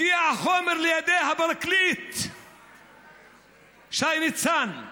הגיע החומר לידי הפרקליט שי ניצן.